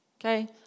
Okay